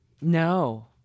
No